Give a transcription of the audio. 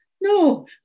No